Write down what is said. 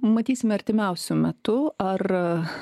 matysime artimiausiu metu ar